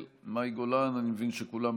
אני מוסיף את הקולות של מי שמקומם למעלה ומעוניינים